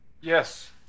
Yes